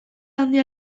handia